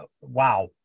wow